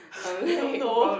I don't know